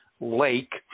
lake